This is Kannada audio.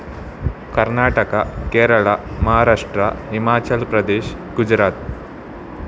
ಕರ್ನಾಟಕ ಕೇರಳ ಮಹಾರಾಷ್ಟ್ರ ಹಿಮಾಚಲ್ ಪ್ರದೇಶ್ ಗುಜರಾತ್